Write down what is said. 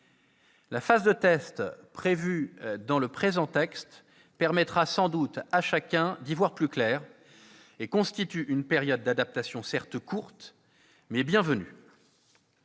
La phase de test prévue dans le présent texte permettra sans doute à chacun d'y voir plus clair et constitue une période d'adaptation certes courte, mais bienvenue.